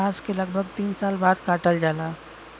बांस के लगभग तीन साल बाद काटल जाला